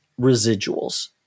residuals